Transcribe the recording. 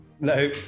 No